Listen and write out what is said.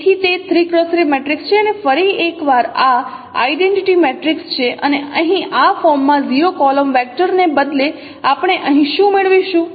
તેથી તે 3 x 3 matrix છે અને ફરી એક વાર આ આઇડેન્ટિટી મેટ્રિક્સ છે અને અહીં આ ફોર્મના 0 કોલમ વેક્ટરને બદલે આપણે અહીં શું મેળવીશું